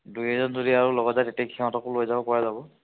দুই এজন যদি আৰু লগত যায় তেতিয়া সিহঁতকো লৈ যাব পৰা যাব